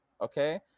okay